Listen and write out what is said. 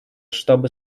чтобы